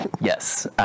Yes